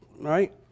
Right